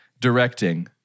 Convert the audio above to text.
directing